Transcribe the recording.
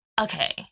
okay